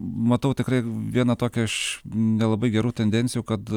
matau tikrai vieną tokią iš nelabai gerų tendencijų kad